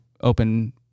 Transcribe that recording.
open